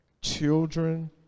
Children